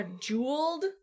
jeweled